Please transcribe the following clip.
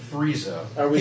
Frieza